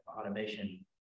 automation